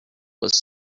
was